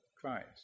Christ